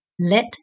Let